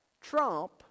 Trump